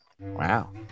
wow